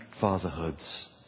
fatherhoods